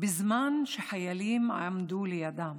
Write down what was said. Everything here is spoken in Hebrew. בזמן שחיילים עמדו לידם.